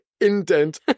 indent